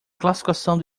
classificação